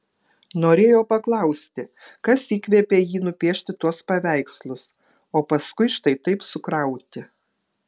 norėjo paklausti kas įkvėpė jį nupiešti tuos paveikslus o paskui štai taip sukrauti